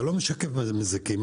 אתה לא משקף מזיקים,